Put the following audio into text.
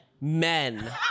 Men